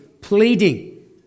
pleading